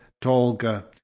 Tolga